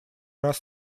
раз